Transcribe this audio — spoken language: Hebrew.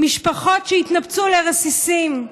משפחות שהתנפצו לרסיסים.